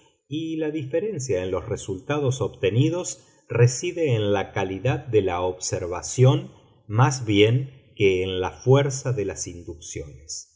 y la diferencia en los resultados obtenidos reside en la calidad de la observación más bien que en la fuerza de las inducciones